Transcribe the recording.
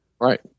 Right